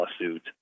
lawsuit